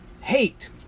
hate